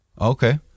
okay